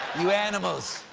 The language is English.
you animals.